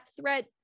threat